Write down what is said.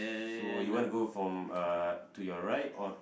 so you want to go from uh to your right or